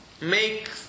make